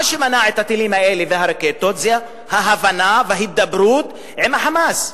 מה שמנע את הטילים האלה והרקטות זה ההבנה וההידברות עם ה"חמאס".